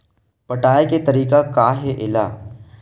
पटाय के तरीका का हे एला?